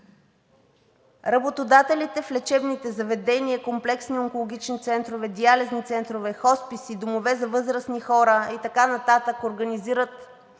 „Работодателите в лечебните заведения, комплексните онкологични центрове, диализни центрове, хосписи, домове за възрастни хора… – и така нататък, организират